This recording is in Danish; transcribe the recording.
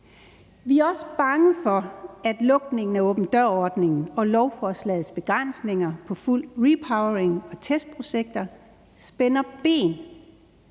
Vi er også bange for, at lukningen af åben dør-ordningen og lovforslagets begrænsninger på fuld repowering og testprojekter spænder ben